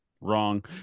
Wrong